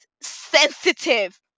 sensitive